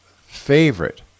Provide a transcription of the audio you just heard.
favorite